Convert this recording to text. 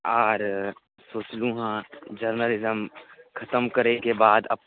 आर सोचलहुँ हँ जर्नलिजम खतम करैके बाद